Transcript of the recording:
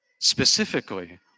Specifically